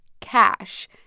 cash